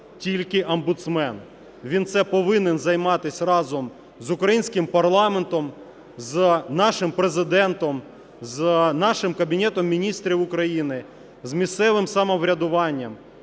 Він цим повинен займатися разом з українським парламентом, з нашим Президентом, з нашим Кабінетом Міністрів України, з місцевим самоврядуванням,